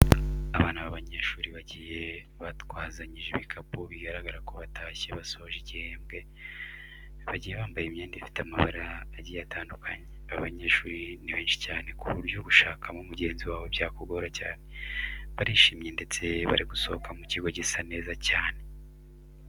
Abana b'abanyeshuri bagiye batwazanyije ibikapu bigaragara ko batashye basoje igihembwe, bagiye bambaye imyenda ifite amabara agiye atandukanye. Aba banyeshuri ni benshi cyane ku buryo gushakamo mugenzi wawe byakugora cyane. Barishimye ndetse bari gusohoka mu kigo gisa neza cyane.